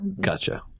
Gotcha